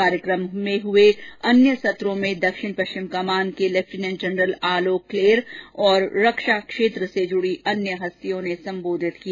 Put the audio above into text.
कार्यक्रम में हए अन्य सत्रों में दक्षिण पश्चिम कमान के लेफ्टिनेन्ट जनरल आलोक क्लेर और रक्षा क्षेत्र से जुड़ी अन्य हस्तियों ने संबोधित किया